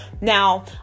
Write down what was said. Now